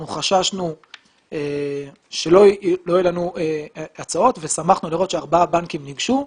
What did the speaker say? אנחנו חששנו שלא יהיו לנו הצעות ושמחנו לראות שארבעה בנקים ניגשו.